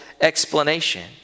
explanation